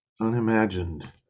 unimagined